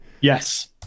Yes